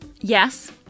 Yes